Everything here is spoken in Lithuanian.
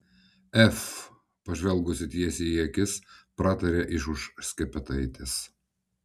ef pažvelgusi tiesiai į akis pratarė iš už skepetaitės